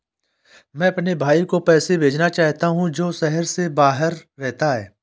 मैं अपने भाई को पैसे भेजना चाहता हूँ जो शहर से बाहर रहता है